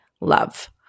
love